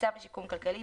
צו לשיקום כלכלי,